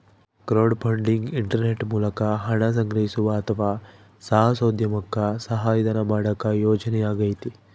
crowdfunding internet ಮೂಲಕ ಹಣ ಸಂಗ್ರಹಿಸುವ ಅಥವಾ ಸಾಹಸೋದ್ಯಮುಕ್ಕ ಧನಸಹಾಯ ಮಾಡುವ ಯೋಜನೆಯಾಗೈತಿ